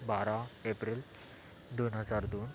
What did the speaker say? बारा एप्रिल दोन हजार दोन